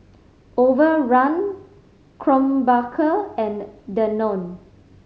Overrun Krombacher and Danone